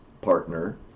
partner